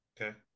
Okay